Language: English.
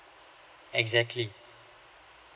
exactly